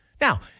Now